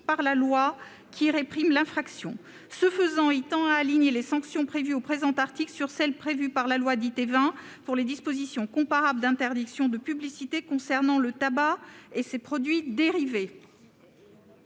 par la loi qui réprime l'infraction. Ce faisant, il tend à aligner les sanctions prévues au présent article sur celles prévues par la loi dite Évin pour les dispositions comparables d'interdiction de publicités concernant le tabac et ses produits dérivés.